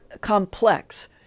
complex